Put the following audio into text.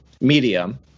Medium